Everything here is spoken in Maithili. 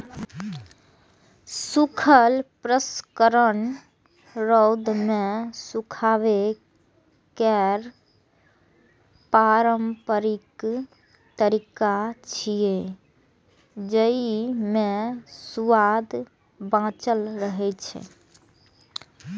सूखल प्रसंस्करण रौद मे सुखाबै केर पारंपरिक तरीका छियै, जेइ मे सुआद बांचल रहै छै